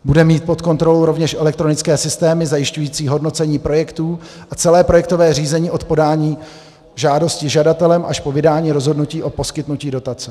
Bude mít pod kontrolou rovněž elektronické systémy zajišťující hodnocení projektů a celé projektové řízení od podání žádosti žadatelem až po vydání rozhodnutí o poskytnutí dotace.